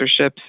sponsorships